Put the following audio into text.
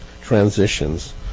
transitions